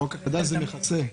בחוק החדש זה מכסה.